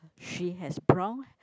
she has brown